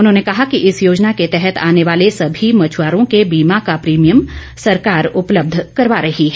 उन्होंने कहा कि इस योजना के तहत आने वाले सभी मछुआरों के बीमा का प्रीमियम सरकार उपलब्ध करवा रही है